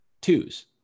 twos